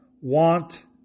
want